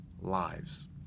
lives